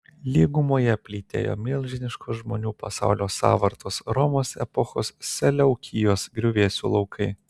lygumoje plytėjo milžiniškos žmonių pasaulio sąvartos romos epochos seleukijos griuvėsių laukai